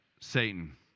satan